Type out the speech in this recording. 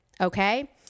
Okay